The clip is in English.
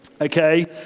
Okay